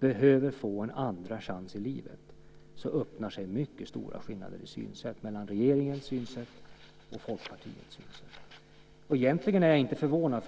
behöver få en andra chans i livet öppnar sig mycket stora skillnader mellan regeringens synsätt och Folkpartiets synsätt. Egentligen är jag inte förvånad.